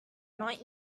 not